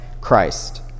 Christ